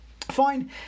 Fine